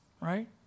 right